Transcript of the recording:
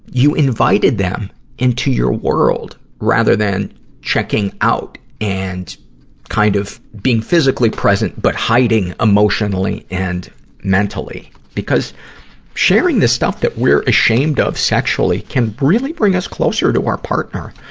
you invited them into your world, rather than checking out and kind of being physically present, but hiding emotionally and mentally. because sharing the stuff that we've ashamed of sexually can really bring us closer to our partner.